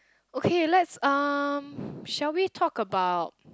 okay let's um shall we talk about